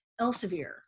Elsevier